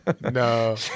No